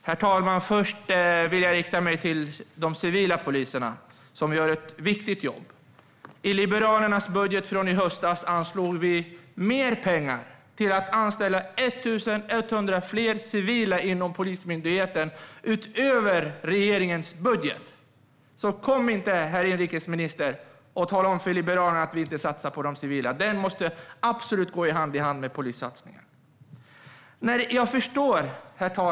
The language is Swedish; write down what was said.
Herr talman! Först vill jag rikta mig till de civilanställda inom polisen, som gör ett viktigt jobb. I Liberalernas budget från i höstas anslogs mer pengar till att anställa 1 100 fler civila inom Polismyndigheten, utöver regeringens budget. Så kom inte, herr inrikesminister, och tala om för Liberalerna att vi inte satsar på de civilanställda! Satsningen på dem måste absolut gå hand i hand med satsningen på poliserna. Herr talman!